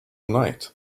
night